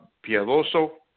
piadoso